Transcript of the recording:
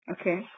Okay